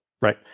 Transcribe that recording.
right